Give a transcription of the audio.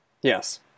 Yes